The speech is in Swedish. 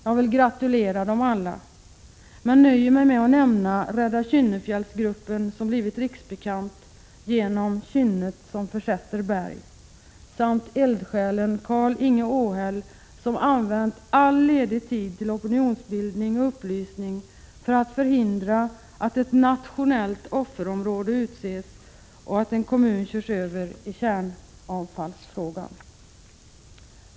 Jag vill gratulera dem alla, men nöjer mig med att nämna Rädda Kynnefjälls-gruppen som blivit riksbekant genom ”kynnet som försätter berg” samt eldsjälen Karl-Inge Åhäll, som använt all ledig tid till opinionsbildning och upplysning för att hindra att ett nationellt offerområde utses och att en kommun körs över i kärnavfallsfrågan.